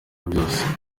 vyose